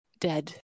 dead